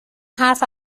حرف